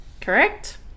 correct